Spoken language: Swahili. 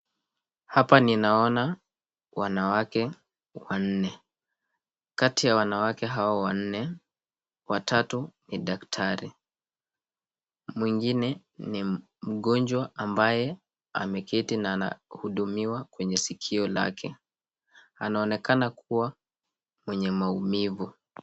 Hapa ninaona wanawake wanne. Kati ya wanawake hao wanne watatu ni daktari. Mwingine ni mgonjwa ambaye ameketi na anahudumiwa kwenye sikio lake. Anaonekana kuwa mwenye maumivu.